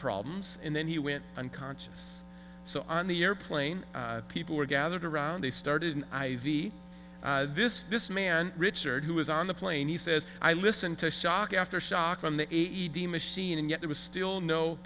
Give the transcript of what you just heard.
problems and then he went unconscious so on the airplane people were gathered around they started an i v this this man richard who was on the plane he says i listen to shock after shock from the a t m machine and yet there was still no